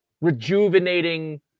rejuvenating